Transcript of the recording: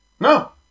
No